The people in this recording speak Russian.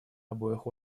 обоих